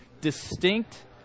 distinct